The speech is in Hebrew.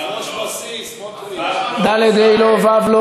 לחלופין ד' לא מצביעים.